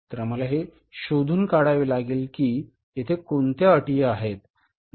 तर आम्हाला हे शोधून काढावे लागेल की येथे कोणत्या अटी दिल्या आहेत